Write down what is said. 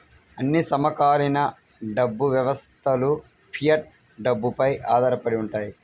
అన్ని సమకాలీన డబ్బు వ్యవస్థలుఫియట్ డబ్బుపై ఆధారపడి ఉంటాయి